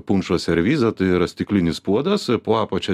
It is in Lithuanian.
punšo servizą tai yra stiklinis puodas po apačia